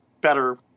better